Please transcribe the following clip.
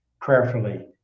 prayerfully